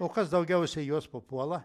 o kas daugiausia į juos papuola